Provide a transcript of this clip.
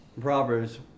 Proverbs